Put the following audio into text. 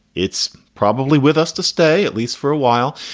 it's probably with us to stay at least for a while.